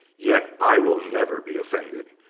yet, i will never be offended.